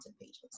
pages